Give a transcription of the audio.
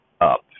up